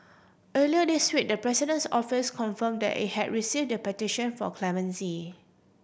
earlier this week the President's Office confirmed that it had received the petition for clemency